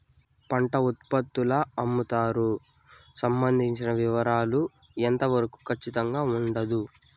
పంట ఉత్పత్తుల అమ్ముతారు సంబంధించిన వివరాలు ఎంత వరకు ఖచ్చితంగా ఉండదు?